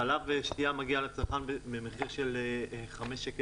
חלב שתייה מגיע לצרכן במחיר של 5.60